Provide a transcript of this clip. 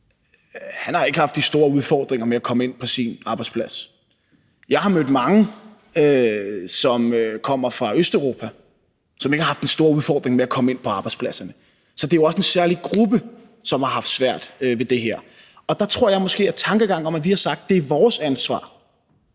Han har ikke haft de store udfordringer med at komme ind på sin arbejdsplads. Jeg har mødt mange, som kommer fra Østeuropa, som ikke har haft den store udfordring med at komme ind på arbejdspladserne. Så det er jo også en særlig gruppe, som har haft svært ved det her, og der tror jeg måske, at tankegangen om, at vi har sagt, at det er vores ansvar,